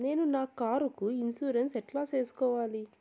నేను నా కారుకు ఇన్సూరెన్సు ఎట్లా సేసుకోవాలి